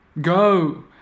go